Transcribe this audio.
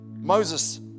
Moses